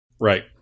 right